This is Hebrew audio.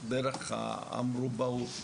בדרך מרובעת.